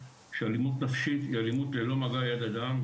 אלימות נפשית היא אלימות ללא מגע יד אדם,